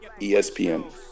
ESPN